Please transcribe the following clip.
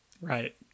Right